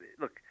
look –